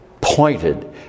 pointed